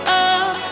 up